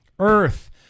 earth